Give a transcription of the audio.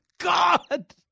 God